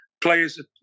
players